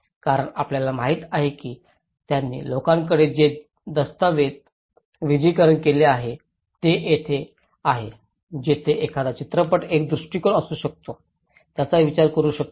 कारण आपल्याला माहिती आहे की त्यांनी लोकांकडे जे दस्तऐवजीकरण केले आहे ते येथे आहे जिथे एखादा चित्रपट एक दृष्टीकोन असू शकतो ज्याचा विचार करू शकतो